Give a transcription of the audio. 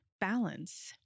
balance